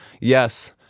Yes